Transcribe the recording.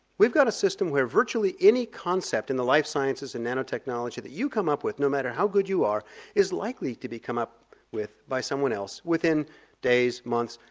we've got a system where virtually any concept in the life sciences and nanotechnology that you come with, no matter how good you are is likely to be come up with by someone else within days, months,